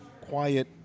quiet